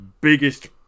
biggest